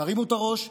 תרימו את הראש.